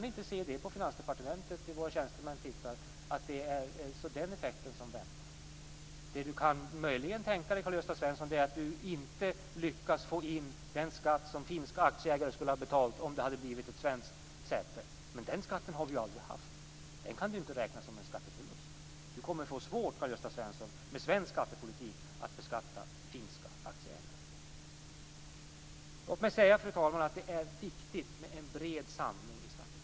När våra tjänstemän på Finansdepartementet tittar på detta kan vi inte se att det är den effekten som väntar. Det Karl-Gösta Svenson möjligen kan tänka sig är att man inte lyckas få in den skatt som finska aktieägare skulle ha betalt om det hade blivit ett svenskt säte. Men den skatten har vi ju aldrig haft! Den kan man inte räkna som en skatteförlust. Karl-Gösta Svenson kommer att få svårt att med svensk skattepolitik beskatta finska aktieägare. Fru talman! Det är viktigt med en bred samling i skattepolitiken.